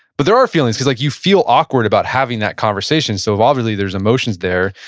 but there are feelings because like you feel awkward about having that conversation. so if obviously there's emotions there.